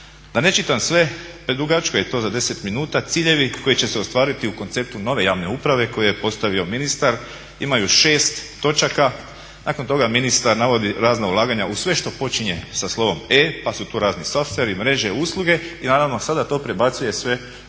Da ne čitam sve, predugačko je to za 10 minuta, ciljevi koji će se ostvariti u konceptu nove javne uprave koje je postavio ministar imaju 6 točaka, nakon toga ministar navodi razna ulaganja u sve što počinje sa slovom E pa su tu razni softveri, mreže, usluge i naravno sada to prebacuje sve u